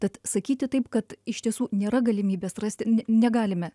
tad sakyti taip kad iš tiesų nėra galimybės rasti ne negalime